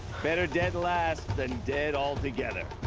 better dead last, than dead altogether.